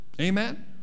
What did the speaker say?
Amen